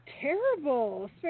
terrible